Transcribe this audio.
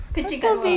kencing dekat luar